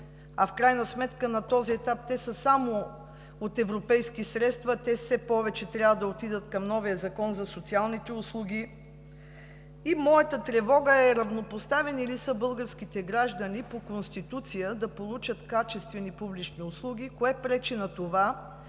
а в крайна сметка на този етап те са само от европейските средства, а все повече трябва да отидат към новия закон за социалните услуги. Моята тревога е: равнопоставени ли са българските граждани по Конституция да получат качествени публични услуги? Кое пречи на това